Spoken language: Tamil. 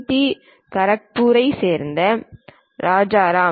டி கரக்பூரைச் சேர்ந்த ராஜாராம்